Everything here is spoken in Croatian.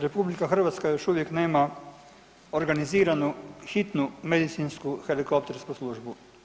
RH još uvijek nema organiziranu Hitnu medicinsku helikoptersku službu.